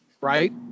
right